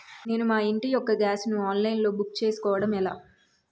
నేను మా ఇంటి యెక్క గ్యాస్ ను ఆన్లైన్ లో బుక్ చేసుకోవడం ఎలా?